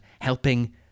helping